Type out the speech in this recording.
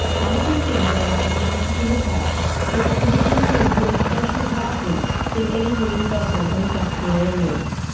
one of the things they want the council to look at is a commitment to include social housing in any redevelopment of industrial areas.